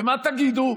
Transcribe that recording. ומה תגידו?